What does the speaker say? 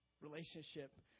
relationship